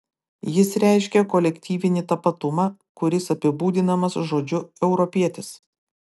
jis reiškia kolektyvinį tapatumą kuris apibūdinamas žodžiu europietis